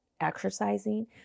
exercising